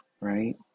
right